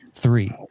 Three